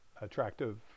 attractive